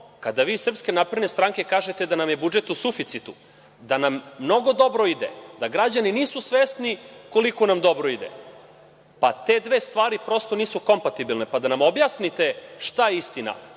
kada vi iz SNS kažete da nam je budžet u suficitu, da nam mnogo dobro ide, da građani nisu svesni koliko nam dobro ide? Te dve stvari prosto nisu kompatibilne, pa da nam objasnite šta je istina